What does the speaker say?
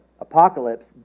Apocalypse